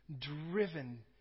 driven